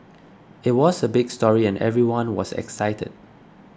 it was a big story and everyone was excited